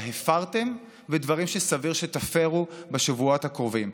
הפרתם ודברים שסביר שתפירו בשבועות הקרובים.